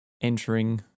entering